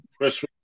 Chris